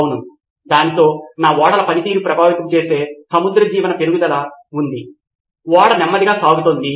అవును దానితో నా ఓడల పనితీరును ప్రభావితం చేసే సముద్ర జీవన పెరుగుదల ఉంది ఓడ నెమ్మదిగా సాగుతుంది